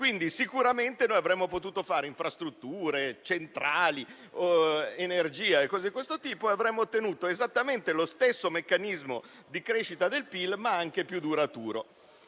sicuramente avremmo potuto fare infrastrutture, centrali, energia e interventi di questo tipo e avremmo ottenuto esattamente lo stesso meccanismo di crescita del PIL, ma anche più duraturo.